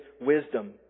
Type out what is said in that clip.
wisdom